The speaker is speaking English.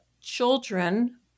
children